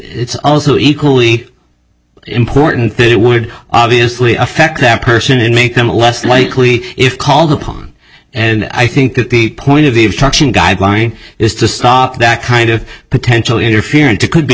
it's also equally important that you would obviously affect that person in make them a less likely if called upon and i think at the point of the abduction guideline is to stop that kind of potential interference or could be